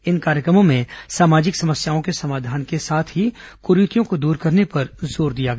इन कार्यक्रमों में सामाजिक समस्याओं के समाधान के साथ ही कुरीतियों को दूर करने पर जोर दिया गया